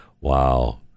Wow